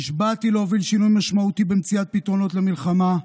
נשבעתי להוביל שינוי משמעותי במציאת פתרונות למלחמה,